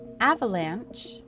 Avalanche